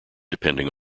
depending